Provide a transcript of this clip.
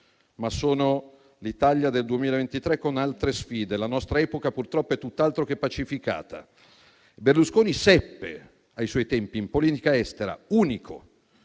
ma sono l'Italia del 2023, con altre sfide. La nostra epoca, purtroppo, è tutt'altro che pacificata. Berlusconi seppe ai suoi tempi, in politica estera, unico